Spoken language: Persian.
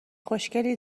خوشگلی